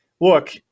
look